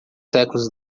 séculos